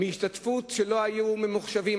דמי השתתפות כשלא היו ממוחשבים,